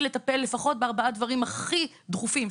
לטפל לפחות בארבעה דברים הכי דחופים,